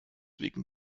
wegen